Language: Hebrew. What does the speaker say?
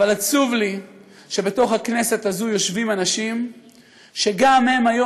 עצוב לי שבתוך הכנסת הזו יושבים אנשים שגם הם היום